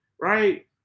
right